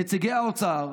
נציגי האוצר,